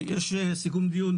יש סיכום דיון,